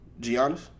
Giannis